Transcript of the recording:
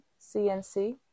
cnc